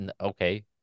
Okay